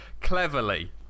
cleverly